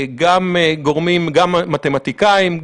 גם מתמטיקאים,